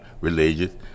religious